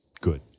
good